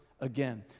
again